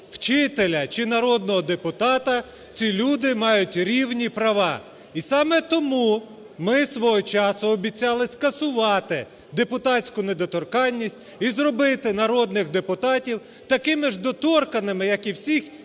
вчителя чи народного депутата – ці люди мають рівні права. І саме тому ми свого часу обіцяли скасувати депутатську недоторканність і зробити народних депутатів такими ж доторканними, як і всіх